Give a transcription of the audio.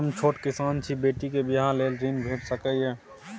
हम छोट किसान छी, बेटी के बियाह लेल ऋण भेट सकै ये?